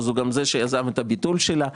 אז הוא גם זה שיזם את הביטול שלה.